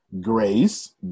Grace